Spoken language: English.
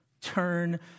Turn